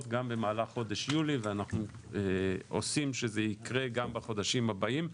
גם במהלך חודש יולי ואנחנו עושים שזה יקרה גם בחודשים הבאים,